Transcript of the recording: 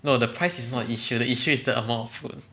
no the price is not issue the issue is the amount of food